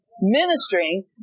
ministering